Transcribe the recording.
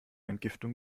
entgiftung